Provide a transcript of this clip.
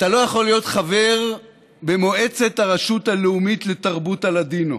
אתה לא יכול להיות חבר במועצת הרשות לאומית לתרבות הלדינו.